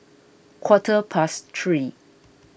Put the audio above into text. quarter past three